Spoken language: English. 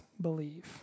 believe